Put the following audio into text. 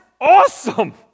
awesome